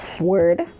word